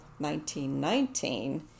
1919